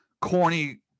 corny